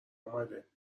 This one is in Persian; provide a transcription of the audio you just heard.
اومده